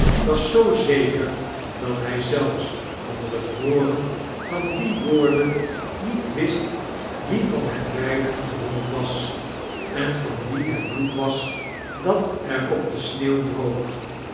was zoo zeker dat hij zelfs onder het hooren van die woorden niet wist wie van hen beiden gewond was en van wien het bloed was dat er op de sneeuw droop